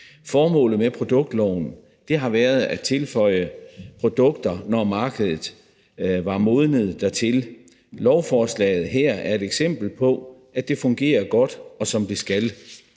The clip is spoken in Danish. Formålet med produktloven har været at tilføje produkter, når markedet var modnet dertil. Forslaget her er et eksempel på, at det fungerer godt, og som det skal.